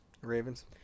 Ravens